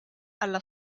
alla